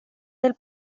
del